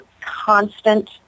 constant